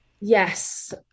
Yes